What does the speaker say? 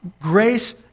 grace